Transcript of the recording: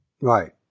Right